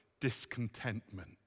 Discontentment